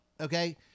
Okay